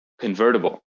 convertible